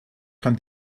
kann